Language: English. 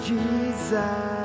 Jesus